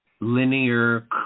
linear